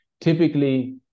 typically